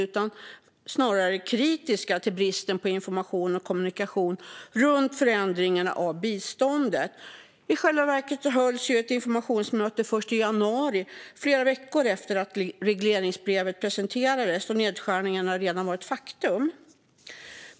De har snarare varit kritiska till bristen på information och kommunikation om förändringarna av biståndet. I själv verket hölls ju ett informationsmöte först i januari, flera veckor efter att regleringsbrevet presenterades och nedskärningarna redan var ett faktum.